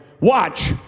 watch